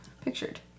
pictured